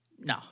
No